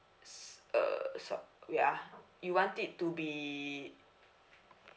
s~ uh so wait ah you want it to be